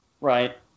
Right